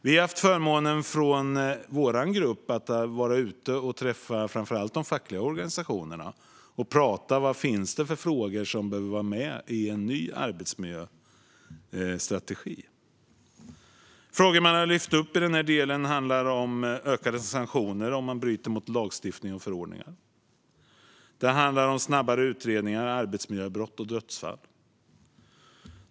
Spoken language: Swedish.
Vi från vår grupp har haft förmånen att vara ute och prata med framför allt de fackliga organisationerna. Vad finns det för frågor som behöver vara med i en ny arbetsmiljöstrategi? Frågor som man har lyft upp i denna del handlar om utökade sanktioner för brott mot lagstiftning och förordningar. Det handlar om snabbare utredningar av arbetsmiljöbrott och dödsfall.